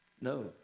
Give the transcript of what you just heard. No